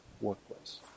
workplace